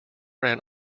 ran